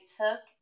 took